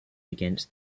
against